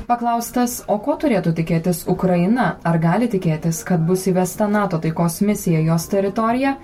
paklaustas o ko turėtų tikėtis ukraina ar gali tikėtis kad bus įvesta nato taikos misija į jos teritoriją